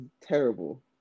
terrible